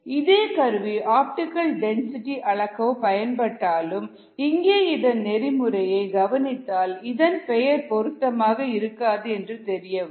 இதே கருவி optical density அளக்க பயன்பட்டாலும் இங்கே இதன் நெறிமுறையை கவனித்தால் இதன் பெயர் பொருத்தமாக இருக்காது என்று தெரியவரும்